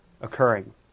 occurring